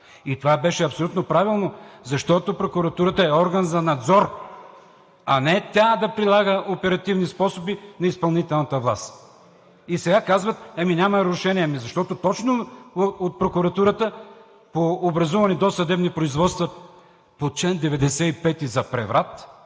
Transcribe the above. това беше абсолютно правилно. Защото прокуратурата е орган за надзор, а не тя да прилага оперативни способи на изпълнителната власт. Сега казват: ами няма нарушение. Ами, защото точно от прокуратурата по образувани досъдебни производства по чл. 95 за преврат